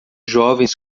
jovens